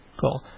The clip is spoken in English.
Cool